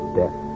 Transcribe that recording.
death